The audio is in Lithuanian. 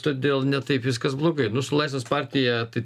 todėl ne taip viskas blogai laisvės partija tai